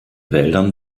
wäldern